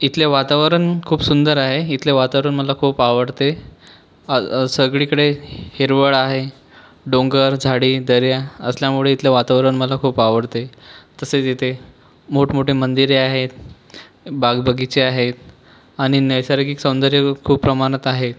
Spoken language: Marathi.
इथले वातावरण खूप सुंदर आहे इथले वातावरण मला खूप आवडते सगळीकडे हिरवळ आहे डोंगर झाडी दऱ्या असल्यामुळे इथले वातावरण मला खूप आवडते तसेच इथे मोठमोठे मंदिरे आहेत बागबगीचे आहेत आणि नैसर्गिक सौंदर्य खूप प्रमाणात आहे